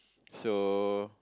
so